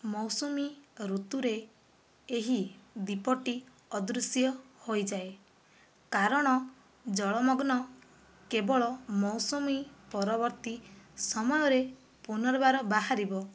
ମୌସୁମୀ ଋତୁରେ ଏହି ଦ୍ୱୀପଟି ଅଦୃଶ୍ୟ ହୋଇଯାଏ କାରଣ ଜଳମଗ୍ନ କେବଳ ମୌସୁମୀ ପରବର୍ତ୍ତୀ ସମୟରେ ପୁନର୍ବାର ବାହାରିବ